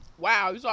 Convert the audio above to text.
Wow